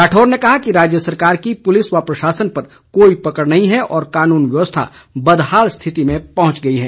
राठौर ने कहा कि राज्य सरकार की पुलिस व प्रशासन पर कोई पकड़ नही है और कानून व्यवस्था बदहाल स्थिति में पहुंच गई है